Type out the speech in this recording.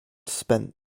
spent